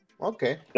Okay